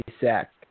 sack